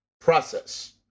process